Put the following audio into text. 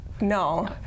No